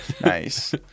Nice